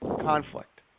conflict